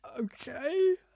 Okay